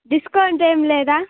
discount ఏం లేదా